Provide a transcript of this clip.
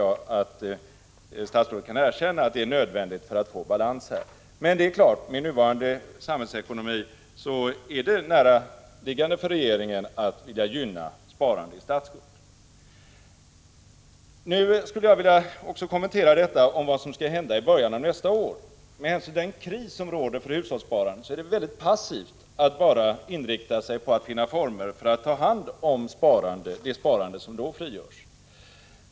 Jag tycker att statsrådet borde erkänna att det är nödvändigt för att vi skall uppnå balans. Men det är klart att det med nuvarande samhällsekono mi ligger nära till hands för regeringen att vilja gynna sparande i statsskulden. Jag vill också kommentera det som skall hända i början av nästa år. Med den kris för hushållssparandet som råder är det passivt att bara inrikta sig på att finna former för att ta hand om det sparande som då frigörs.